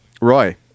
Roy